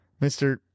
Mr